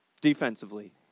Defensively